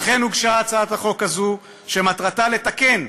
לכן הוגשה הצעת החוק הזו, שמטרתה לתקן,